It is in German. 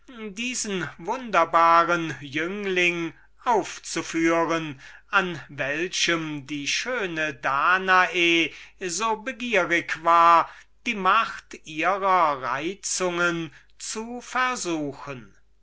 diesen wunderbaren jüngling aufzuführen an welchem die schöne danae so begierig war die macht ihrer reizungen zu versuchen